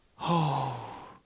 Oh